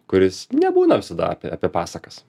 kuris nebūna visada apie apie pasakas